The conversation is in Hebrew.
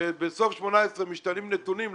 שבסוף 2018 משתנים נתונים,